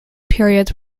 periods